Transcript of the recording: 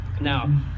Now